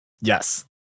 yes